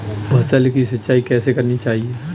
फसल की सिंचाई कैसे करनी चाहिए?